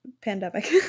pandemic